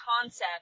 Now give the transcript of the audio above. concept